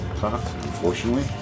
Unfortunately